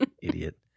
idiot